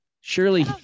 Surely